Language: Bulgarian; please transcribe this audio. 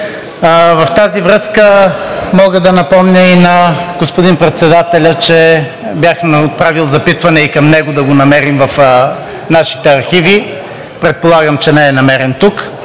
В тази връзка мога да напомня и на господин председателя, че бях отправил запитване и към него да го намерим в нашите архиви. Предполагам, че не е намерен тук.